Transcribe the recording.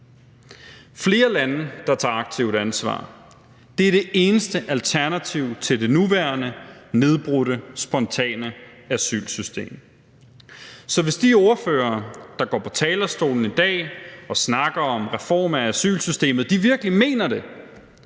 Flere lande, der tager aktivt ansvar, er det eneste alternativ til det nuværende nedbrudte spontane asylsystem. Så hvis de ordførere, der går på talerstolen i dag og snakker om reformer af asylsystemet, virkelig mener det,